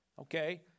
Okay